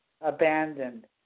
Abandoned